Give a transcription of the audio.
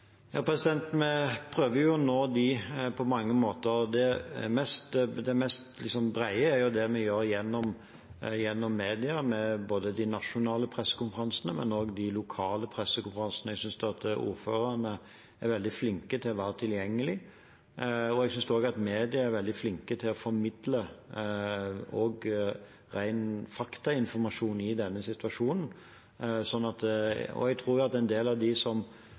Vi prøver å nå dem på mange måter. Det som når bredest ut, er det vi gjør gjennom media, med de nasjonale pressekonferansene, men også de lokale pressekonferansene. Jeg synes ordførerne er veldig flinke til å være tilgjengelige, og jeg synes også at mediene er veldig flinke til å formidle også ren faktainformasjon i denne situasjonen. Jeg tror at en del av dem som